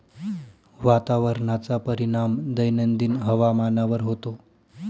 वातावरणाचा परिणाम दैनंदिन हवामानावर होतो